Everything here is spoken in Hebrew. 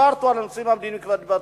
על הנושאים המדיניים כבר דיברנו,